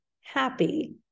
happy